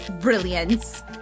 brilliance